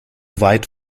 weit